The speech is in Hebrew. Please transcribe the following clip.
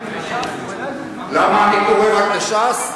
למה אתה פוגע בש"ס?